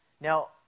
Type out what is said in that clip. Now